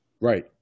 Right